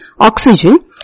oxygen